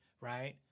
right